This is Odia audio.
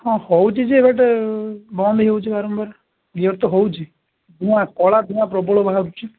ହଁ ହେଉଛି ଯେ ବଟ୍ ବନ୍ଦ ହେଇଯାଉଛି ବାରମ୍ବାର ବାରମ୍ବାର ଗିୟର୍ ତ ହେଉଛି କିନ୍ତୁ କଳା ଧୂଆଁ ପ୍ରବଳ ବାହାରୁଛି